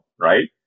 right